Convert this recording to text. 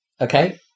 Okay